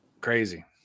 crazy